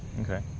okay